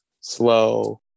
slow